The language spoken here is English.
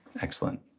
Excellent